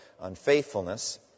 unfaithfulness